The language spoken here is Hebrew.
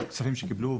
התקציבים שקיבלו,